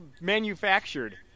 manufactured